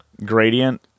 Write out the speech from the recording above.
gradient